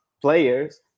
players